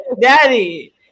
Daddy